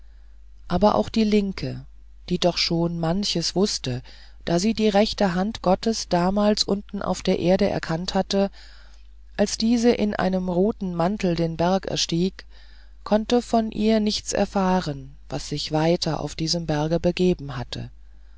aber auch die linke die doch schon manches wußte da sie die rechte hand gottes damals unten auf der erde erkannt hatte als diese in einem roten mantel den berg erstieg konnte von ihr nicht erfahren was sich weiter auf diesem berge begeben hat